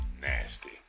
nasty